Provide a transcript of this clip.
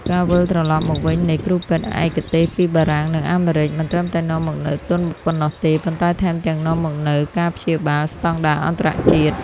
ការវិលត្រឡប់មកវិញនៃគ្រូពេទ្យឯកទេសពីបារាំង និងអាមេរិក មិនត្រឹមតែនាំមកនូវទុនប៉ុណ្ណោះទេ ប៉ុន្តែថែមទាំងនាំមកនូវ "ការព្យាបាល"ស្ដង់ដារអន្តរជាតិ។